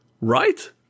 right